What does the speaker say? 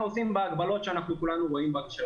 עושים בהגבלות של הקורונה שכולנו רואים.